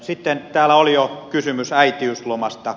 sitten täällä oli jo kysymys äitiyslomasta